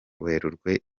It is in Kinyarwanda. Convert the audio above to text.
werurwe